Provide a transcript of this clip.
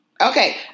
okay